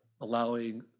allowing